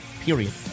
period